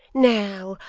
now,